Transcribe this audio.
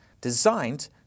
designed